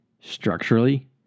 Structurally